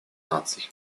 наций